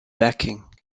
backing